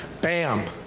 bam!